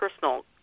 personal